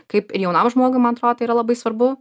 kaip ir jaunam žmogui man atro tai yra labai svarbu